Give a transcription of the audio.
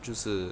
就是